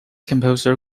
composer